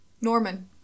Norman